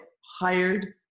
hired